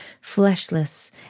fleshless